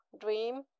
dream